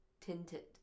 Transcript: Tinted